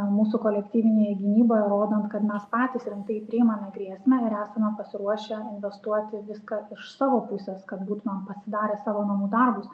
mūsų kolektyvinėje gynyboje įrodant kad mes patys rimtai priimame grėsmę ir esame pasiruošę investuoti viską iš savo pusės kad būtumėm pasidarę savo namų darbus